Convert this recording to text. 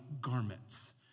garments